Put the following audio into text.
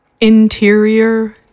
Interior